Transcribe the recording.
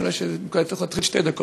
היה צריך להתחיל, שתי דקות.